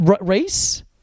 Race